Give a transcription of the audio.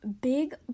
big